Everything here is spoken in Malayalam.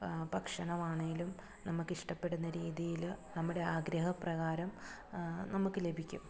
ഭക്ഷണമാണേലും നമ്മൾക്കിഷ്ടപ്പെടുന്ന രീതിയിൽ നമ്മുടെ ആഗ്രഹപ്രകാരം നമുക്ക് ലഭിക്കും